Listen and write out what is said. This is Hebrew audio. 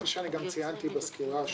כפי שאני גם ציינתי בסקירה שלי,